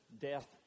death